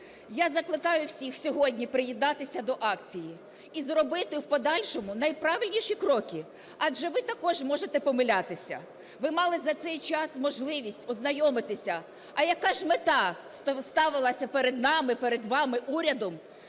Я закликаю всіх сьогодні приєднатися до акції і зробити в подальшому найправильніші кроки, адже ви також можете помилятися. Ви мали за цей час можливість ознайомитися, а яка ж мета ставилася перед нами, перед вами урядом